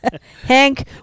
Hank